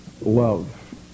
love